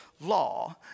law